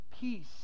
peace